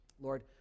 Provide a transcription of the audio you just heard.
Lord